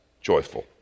joyful